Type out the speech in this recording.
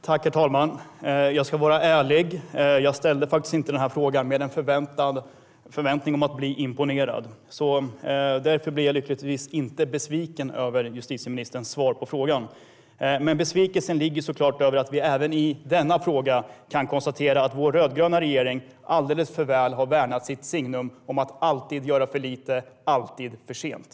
Herr talman! Jag ska vara ärlig: Jag ställde inte frågan med en förväntning att bli imponerad. Därför blir jag lyckligtvis inte besviken över justitieministerns svar på frågan. Men besvikelsen ligger såklart i att vi även i denna fråga kan konstatera att vår rödgröna regering alldeles för väl har värnat sitt signum att alltid göra för lite och alltid för sent.